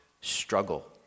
struggle